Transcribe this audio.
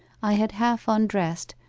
i had half undressed,